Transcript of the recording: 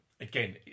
again